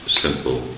simple